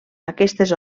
aquestes